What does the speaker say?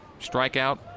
Strikeout